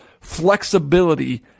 flexibility